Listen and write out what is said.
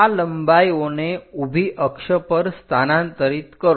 આ લંબાઈઓને ઉભી અક્ષ પર સ્થાનાંતરિત કરો